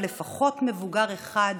ולפחות מבוגר אחד